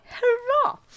Hurrah